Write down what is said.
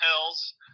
Hills